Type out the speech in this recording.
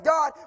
God